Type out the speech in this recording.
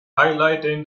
highlighting